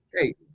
Hey